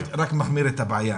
רק מחמיר את הבעיה.